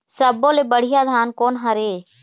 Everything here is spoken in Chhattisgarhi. सब्बो ले बढ़िया धान कोन हर हे?